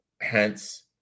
Hence